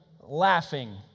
laughing